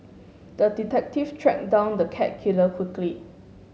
the detective tracked down the cat killer quickly